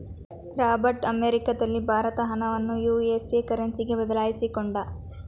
Robert ಅಮೆರಿಕದಲ್ಲಿ ಭಾರತದ ಹಣವನ್ನು ಯು.ಎಸ್.ಎ ಕರೆನ್ಸಿಗೆ ಬದಲಾಯಿಸಿಕೊಂಡ